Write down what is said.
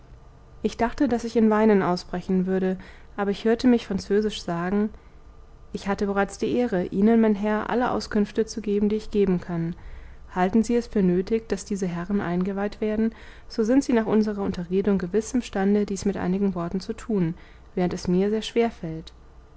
ich dachte daß ich in weinen ausbrechen würde aber ich hörte mich französisch sagen ich hatte bereits die ehre ihnen mein herr alle auskünfte zu geben die ich geben kann halten sie es für nötig daß diese herren eingeweiht werden so sind sie nach unserer unterredung gewiß imstande dies mit einigen worten zu tun während es mir sehr schwer fällt